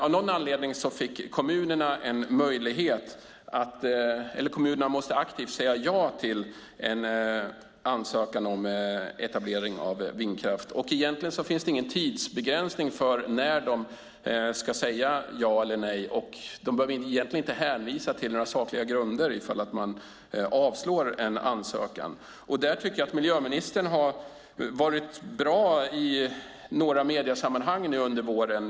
Av någon anledning måste kommunerna då aktivt säga ja till en ansökan om etablering av vindkraft. Egentligen finns det ingen tidsbegränsning för när de ska säga ja eller nej, och de behöver egentligen inte hänvisa till några sakliga grunder om man avslår en ansökan. Där tycker jag att miljöministern har varit bra i några mediesammanhang nu under våren.